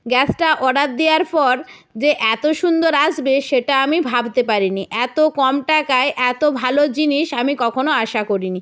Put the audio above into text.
গ্যাসটা অর্ডার দেওয়ার পর যে এত সুন্দর আসবে সেটা আমি ভাবতে পারিনি এত কম টাকায় এত ভালো জিনিস আমি কখনও আশা করিনি